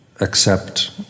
accept